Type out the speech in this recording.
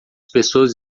pessoas